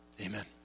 Amen